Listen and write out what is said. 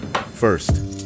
first